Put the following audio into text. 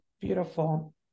Beautiful